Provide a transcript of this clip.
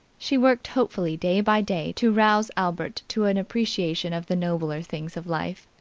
she worked hopefully day by day to rouse albert to an appreciation of the nobler things of life.